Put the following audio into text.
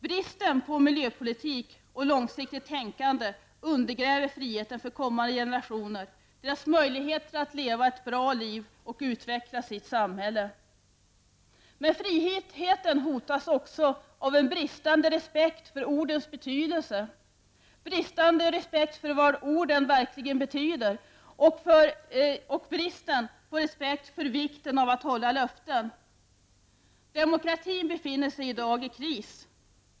Bristen på miljöpolitik och långsiktigt tänkande undergräver friheten för kommande generationer, deras möjligheter att leva ett bra liv och utveckla sitt samhälle. Friheten hotas också av en bristande respekt för ordens innehåll, bristande respekt för vad orden verkligen betyder och av bristande respekt för vikten av att hålla löften. Demokratin befinner sig i dag i kris.